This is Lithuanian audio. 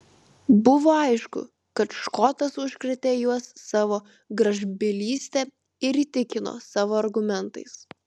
buvo aišku kad škotas užkrėtė juos savo gražbylyste ir įtikino savo argumentais